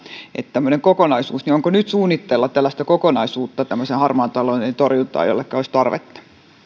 tämmöinen kokonaisuus onko nyt suunnitteilla tällaista kokonaisuutta tämmöisen harmaan talouden torjuntaan jolleka olisi tarvetta